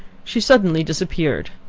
she suddenly disappeared.